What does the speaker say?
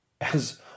as